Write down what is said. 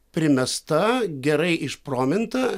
primesta gerai išprominta